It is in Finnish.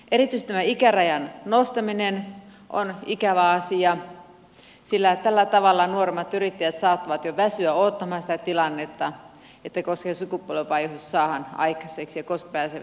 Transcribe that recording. erityisesti tämä ikärajan nostaminen on ikävä asia sillä tällä tavalla nuoremmat yrittäjät saattavat jo väsyä odottamaan sitä tilannetta että koska se sukupolvenvaihdos saadaan aikaiseksi ja koska pääsevät yrittämään